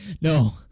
No